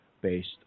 based